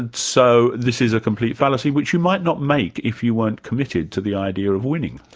and so this is a complete fallacy, which you might not make if you weren't committed to the idea of winning.